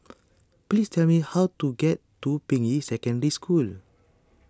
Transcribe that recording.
please tell me how to get to Ping Yi Secondary School